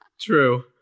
True